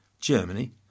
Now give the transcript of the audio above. Germany